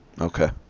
Okay